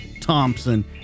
Thompson